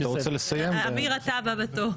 אמיר אתה הבא בתור.